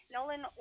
Nolan